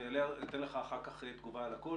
אני אתן לך אחר כך תגובה על הכול.